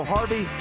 Harvey